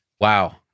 Wow